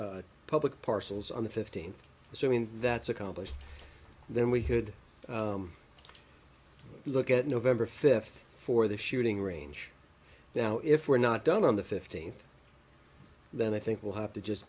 the public parcels on the fifteenth assuming that's accomplished then we could look at november fifth for the shooting range now if we're not done on the fifteenth then i think we'll have to just